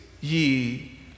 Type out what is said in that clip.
ye